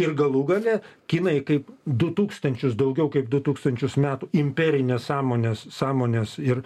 ir galų gale kinai kaip du tūkstančius daugiau kaip du tūkstančius metų imperinės sąmonės sąmonės ir